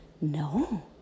No